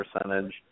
percentage